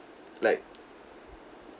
like